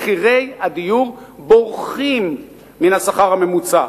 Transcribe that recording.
מחירי הדיור בורחים מן השכר הממוצע.